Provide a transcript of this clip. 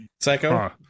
Psycho